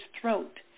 throat